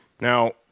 Now